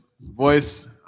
voice